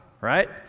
right